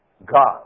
God